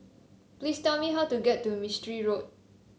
please tell me how to get to Mistri Road